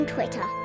Twitter